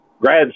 grad